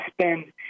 spend